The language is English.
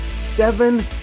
seven